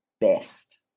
best